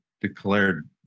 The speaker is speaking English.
declared